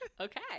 Okay